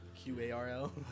Q-A-R-L